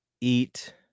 eat